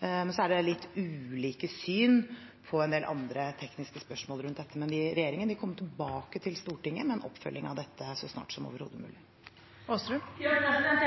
men så er det litt ulike syn på en del andre tekniske spørsmål rundt dette. Regjeringen vil komme tilbake til Stortinget med en oppfølging av dette så snart som overhodet mulig.